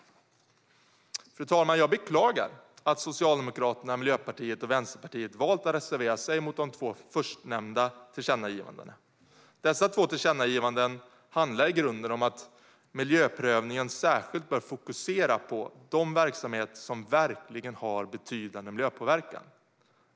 Fru talman! Jag beklagar att Socialdemokraterna, Miljöpartiet och Vänsterpartiet har valt att reservera sig mot de två förstnämnda tillkännagivandena. Dessa två tillkännagivanden handlar i grunden om att miljöprövningen särskilt bör fokusera på de verksamheter som verkligen har betydande miljöpåverkan.